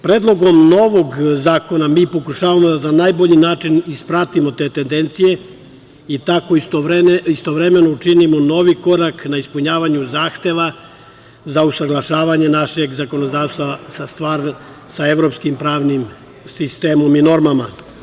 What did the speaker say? Predlogom novog zakona mi pokušavamo da na najbolji način ispratimo te tendencije i tako istovremeno učinimo novi korak na ispunjavanju zahteva za usaglašavanje našeg zakonodavstva sa evropskim pravnim sistemom i normama.